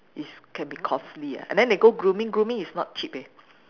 it's can be costly ah and then they go grooming grooming is not cheap eh